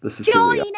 Join